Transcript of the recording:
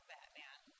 Batman